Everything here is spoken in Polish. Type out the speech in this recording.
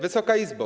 Wysoka Izbo!